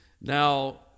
Now